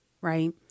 Right